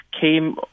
came